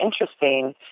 interesting